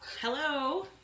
Hello